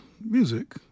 music